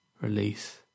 Release